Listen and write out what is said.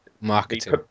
Marketing